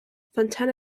fontana